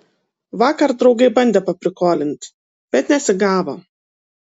vakar draugai bandė paprikolint bet nesigavo